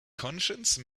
conscience